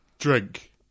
Drink